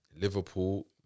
Liverpool